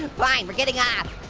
and fine, we're getting off.